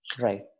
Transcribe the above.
Right